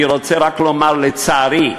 אני רוצה רק לומר, לצערי,